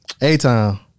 A-time